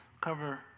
cover